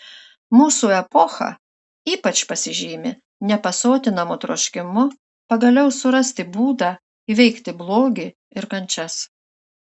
mūsų epocha ypač pasižymi nepasotinamu troškimu pagaliau surasti būdą įveikti blogį ir kančias